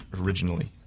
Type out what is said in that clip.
originally